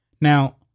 Now